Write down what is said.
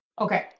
Okay